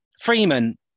Freeman